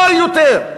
מה יותר?